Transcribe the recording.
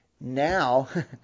Now